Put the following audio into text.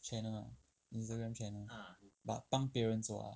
channel ah instagram channel but 帮别人做 ah